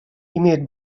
имеют